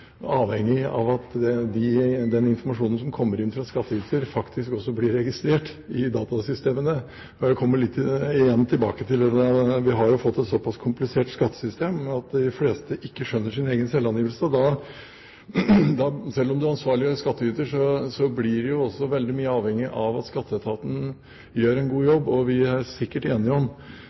av behandlingen, er man ganske avhengig av at den informasjonen som kommer inn fra skattyter, faktisk også blir registrert i datasystemene. Jeg kommer igjen litt tilbake til dette at vi har fått et såpass komplisert skattesystem at de fleste ikke skjønner sin egen selvangivelse. Selv om du er ansvarlig skattyter, blir du jo også veldig avhengig av at Skatteetaten gjør en god jobb, og vi er sikkert enige om